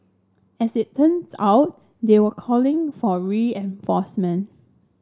as it turns out they were calling for reinforcement